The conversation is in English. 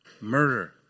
murder